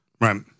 Right